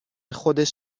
خودش